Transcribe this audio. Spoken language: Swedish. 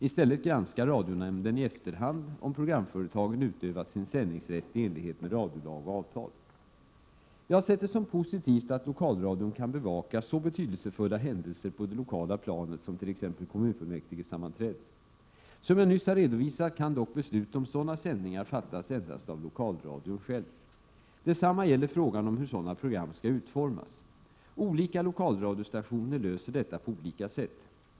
I stället granskar radionämnden i efterhand om programföretagen utövat sin sändningsrätt i enlighet med radiolag och avtal. Jag har sett det som positivt att lokalradion kan bevaka så betydelsefulla händelser på det lokala planet som t.ex. kommunfullmäktigesammanträden. Som jag nyss har redovisat kan dock beslut om sådana sändningar fattas endast av lokalradion själv. Detsamma gäller frågan om hur sådana program skall utformas. Olika lokalradiostationer löser detta på olika sätt.